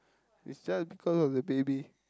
is just because of the baby